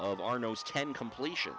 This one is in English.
of our nose ten completion